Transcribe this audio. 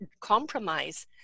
compromise